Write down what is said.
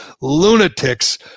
lunatics